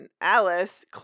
Alice